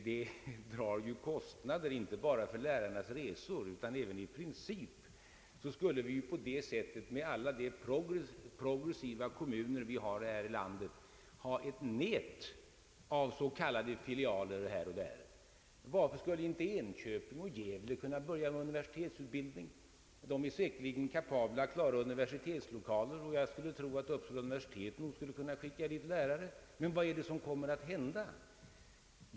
Detta medför inte endast kostnader för lärarnas resor. I princip skulle vi på denna väg med alla de progressiva kommuner, som finns i vårt land, kunna få ett nät av s.k. filialer. Varför skulle inte Enköping och Gävle kunna påbörja en universitetsundervisning? Dessa städer är säkerligen kapabla att anskaffa universitetslokaler, och jag skulle tro att Uppsala universitet kunde skicka dit lärare. Men vad skulle då hända?